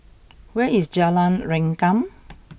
where is Jalan Rengkam